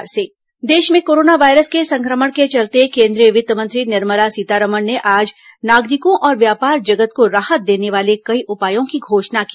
वित्तमंत्री अर्थव्यवस्था देश में कोरोना वायरस के संक्रमण के चलते केंद्रीय वित्त मंत्री निर्मला सीतारमन ने आज नागरिकों और व्यापार जगत को राहत देने वाले कई उपायों की घोषणा की